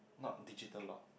not digital lock